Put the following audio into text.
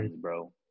bro